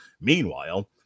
meanwhile